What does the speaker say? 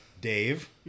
Dave